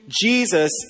Jesus